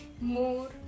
more